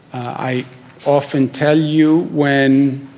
i often tell you, when